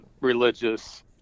religious